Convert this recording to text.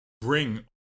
bring